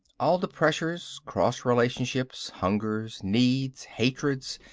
all the pressures, cross-relationships, hungers, needs, hatreds,